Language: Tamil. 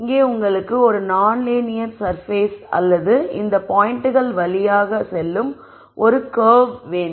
இங்கே உங்களுக்கு ஒரு நான்லீனியர் சர்பேஸ் அல்லது இந்த பாயிண்டுகள் வழியாக செல்லும் ஒரு கர்வ் வேண்டும்